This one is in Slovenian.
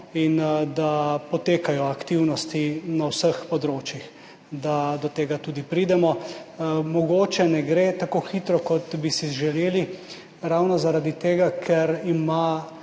in da potekajoaktivnosti na vseh področjih, da do tega pridemo. Mogoče ne gre tako hitro, kot bi si želeli, ravno zaradi tega ker ima